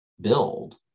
build